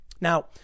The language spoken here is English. Now